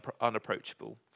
unapproachable